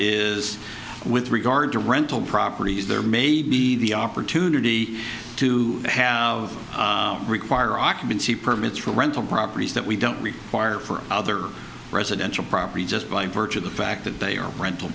is with regard to rental properties there may be the opportunity to have require occupancy permits for rental properties that we don't require for other residential property just by virtue of the fact that they are rental